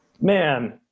man